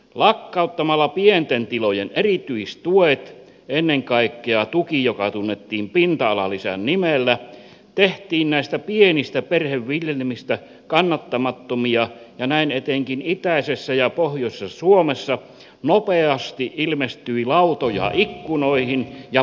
lakkauttamalla pienten tilojen erityistuet ennen kaikkea tuki joka tunnettiin pinta alalisän nimellä tehtiin näistä pienistä perheviljelmistä kannattamattomia ja näin etenkin itäisessä ja pohjoisessa suomessa nopeasti ilmestyi lautoja ikkunoihin ja pönkkiä oville